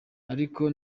ariko